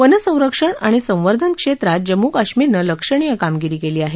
वनसंरक्षण आणि संवर्धनक्षेत्रात जम्मू कश्मीरनं लक्षणीय कामगिरी केली आहे